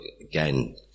again